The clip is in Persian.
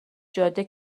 جاده